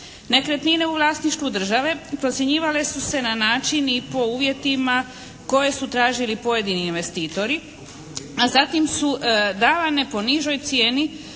Nekretnine u vlasništvu države procjenjivale su se na način i po uvjetima koje su tražili pojedini investitori, a zatim su davane po nižoj cijeni.